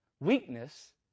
weakness